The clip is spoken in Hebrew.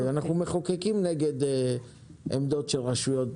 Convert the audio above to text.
אנחנו מחוקקים נגד עמדות של רשויות,